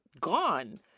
gone